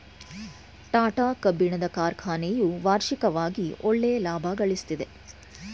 ಟಾಟಾ ಕಬ್ಬಿಣದ ಕಾರ್ಖನೆಯು ವಾರ್ಷಿಕವಾಗಿ ಒಳ್ಳೆಯ ಲಾಭಗಳಿಸ್ತಿದೆ